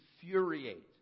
infuriate